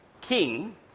king